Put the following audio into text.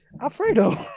Alfredo